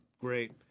great